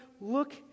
look